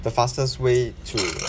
the fastest way to